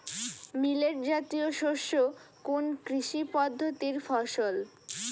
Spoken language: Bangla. মিলেট জাতীয় শস্য কোন কৃষি পদ্ধতির ফসল?